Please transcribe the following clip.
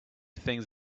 things